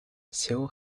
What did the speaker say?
seoul